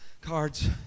cards